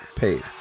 paid